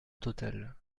totale